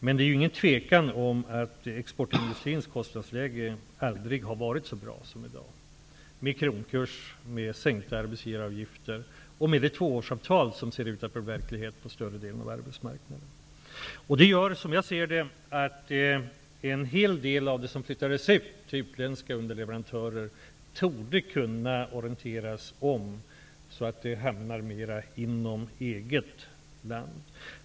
Det råder dock inget tvivel om att exportindustrins kostnadsläge aldrig någonsin har varit så bra som det är i dag. Jag tänker då på kronkursen, på de sänkta arbetsgivaravgifterna och på det tvåårsavtal som ser ut att bli verklighet för större delen av arbetsmarknaden. Som jag ser saken gör det att en hel del av den verksamhet som flyttats över till utländska underleverantörer torde kunna orienteras om, så att den i större utsträckning hamnar i vårt eget land.